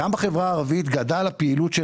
גם בחברה הערבית גדלה הפעילות של